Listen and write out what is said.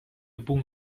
بوم